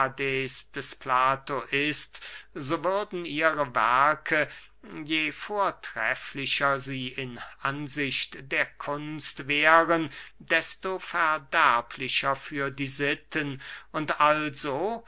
des plato ist so würden ihre werke je vortrefflicher sie in ansicht der kunst wären desto verderblicher für die sitten und also